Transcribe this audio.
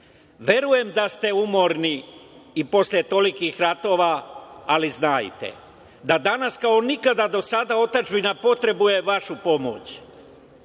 “Verujem da ste umorni i posle tolikih ratova, ali znajte da danas kao nikada do sada otadžbina potrebuje vašu pomoć.